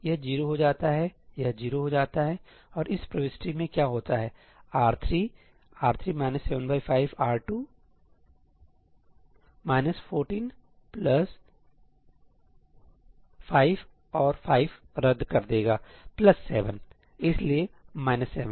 यह 0 हो जाता है यह 0 हो जाता है और इस प्रविष्टि में क्या होता हैR3 ← R3 75 R2 14 5 और 5 रद्द कर देगा 7 सही इसलिए 7